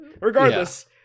Regardless